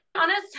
honest